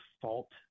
fault